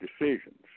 decisions